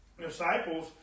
Disciples